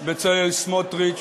בצלאל סמוטריץ